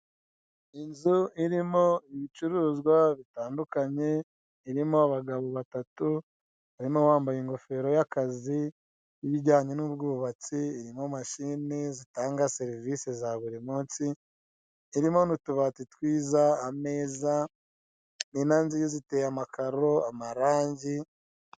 Inzu irimo ibicuruzwa bitandukanye irimo abagabo batatu harimo abambaye igofero y'akazi, y'ibijyanye n'ubwubatsi, irimo mashine zitanga serivise za buri munsi, irimo n'utubati twiza, ameza nina nziza iteye amakaro amarange.